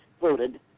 voted